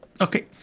Okay